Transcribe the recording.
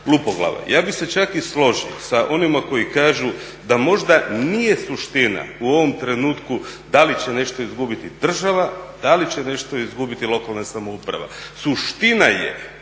LUpoglave. Ja bih se čak i složio sa onima koji kažu da možda nije suština u ovom trenutku da li će nešto izgubiti država, da li će nešto izgubiti lokalna samouprava. Suština je